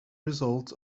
result